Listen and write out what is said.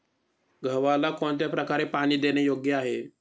गव्हाला कोणत्या प्रकारे पाणी देणे योग्य आहे?